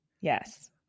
Yes